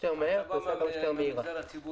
שיותר מהר ושהפריסה תהיה מהירה יותר.